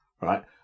right